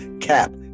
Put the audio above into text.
cap